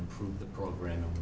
improve the program